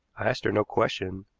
i asked her no question,